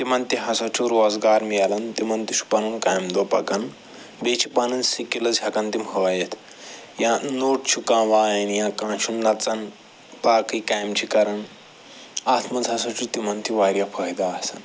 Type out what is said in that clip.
تِمن تہِ ہَسا چھُ روزگار مِلان تِمن تہِ چھُ پنُن کامہِ دۄہ پکن بیٚیہِ چھِ پنٕنۍ سِکِلٕز ہٮ۪کن تِم ہٲیِتھ یا نوٚٹ چھُ واین یا کانٛہہ چھُ نَژن باقٕے کامہِ چھِ کَرن اتھ منٛز ہَسا چھُ تِمن تہِ وارِیاہ فٲہدٕ آسان